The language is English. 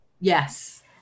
Yes